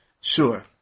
Sure